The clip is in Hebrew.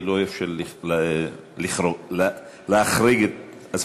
אני לא אוהב להחריג את הזמנים.